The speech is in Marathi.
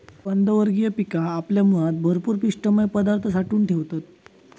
कंदवर्गीय पिका आपल्या मुळात भरपूर पिष्टमय पदार्थ साठवून ठेवतत